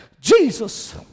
Jesus